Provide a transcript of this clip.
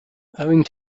owing